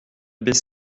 baie